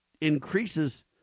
increases